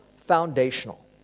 foundational